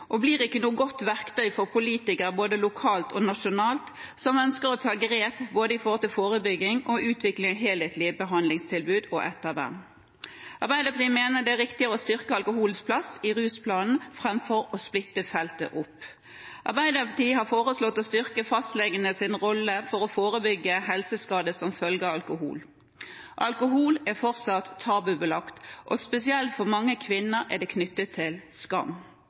ikke blir noe godt verktøy for politikere som både lokalt og nasjonalt ønsker å ta grep, både med forebygging og med å utvikle helhetlige behandlingstilbud og ettervern. Arbeiderpartiet mener det er riktigere å styrke alkoholens plass i rusplanen framfor å splitte feltet opp. Arbeiderpartiet har foreslått å styrke fastlegenes rolle for å forebygge helseskade som følge av alkohol. Alkohol er fortsatt tabubelagt, og spesielt for mange kvinner er det knyttet til skam.